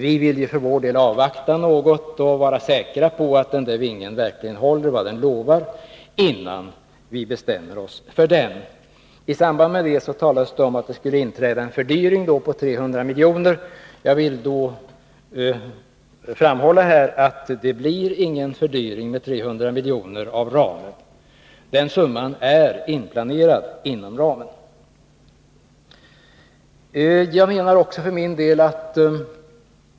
Vi vill för vår del avvakta något för att vara säkra på att vingen verkligen håller vad den lovar innan vi bestämmer oss för den. I samband med detta talas det om att det skulle inträda en kostnadsfördyring på 300 milj.kr. Jag vill framhålla att det inte blir någon sådan fördyring av ramen. Den summan får inplaneras inom ramen.